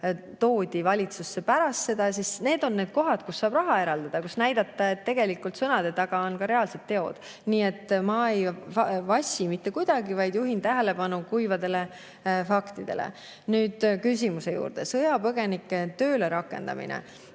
toodi valitsusse pärast seda. Need on need kohad, kus saab raha eraldada, näidata, et sõnade taga on ka reaalsed teod. Nii et ma ei vassi mitte kuidagi, vaid juhin tähelepanu kuivadele faktidele. Nüüd küsimuse juurde. Sõjapõgenike töölerakendamine.